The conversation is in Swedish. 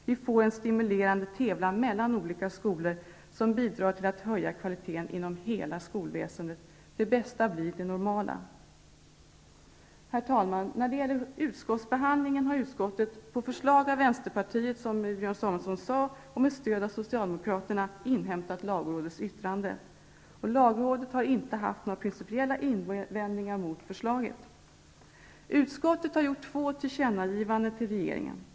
Vi får en stimulerande tävlan mellan olika skolor, vilket bidrar till en höjning av kvaliteten inom hela skolväsendet. Det bästa blir det normala. Herr talman! Utskottet har på förslag av Vänsterpartiet, som Björn Samuelson sade, och med stöd av Socialdemokraterna inhämtat lagrådets yttrande. Lagrådet har inte haft några principiella invändningar mot förslaget. Utskottet har gjort två tillkännagivanden till regeringen.